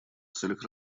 целях